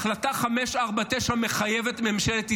החלטה 549 מחייבת את ממשלת ישראל.